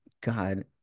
god